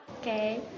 Okay